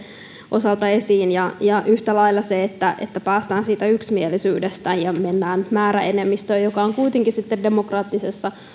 osalta ja ja yhtä lailla se että että päästään siitä yksimielisyydestä ja mennään määräenemmistöön joka on kuitenkin demokraattisessa